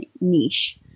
niche